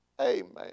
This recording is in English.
amen